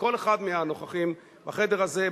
וכל אחד מהנוכחים בחדר הזה,